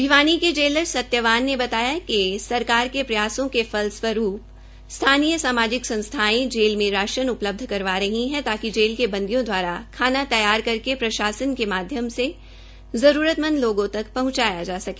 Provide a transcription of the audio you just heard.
भिवानी के जेलर सत्यावान ने बताया कि सरकार के प्रयासों के फलरूवरूप स्थानीय सामाजिक संसथायें जेल में राशन उपलब्ध करवा रही है ताकि जेल के कैदियों द्वारा खाना तैयार करके प्रशासन के माध्यम से जरूरतमंद लोगों तक पहुंचाया जा सके